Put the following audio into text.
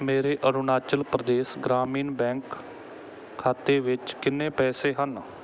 ਮੇਰੇ ਅਰੁਣਾਚਲ ਪ੍ਰਦੇਸ਼ ਗ੍ਰਾਮੀਣ ਬੈਂਕ ਖਾਤੇ ਵਿੱਚ ਕਿੰਨੇ ਪੈਸੇ ਹਨ